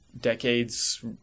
decades